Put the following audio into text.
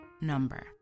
number